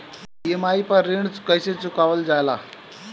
EMI पर ऋण कईसे चुकाईल जाला?